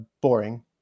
boring